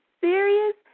serious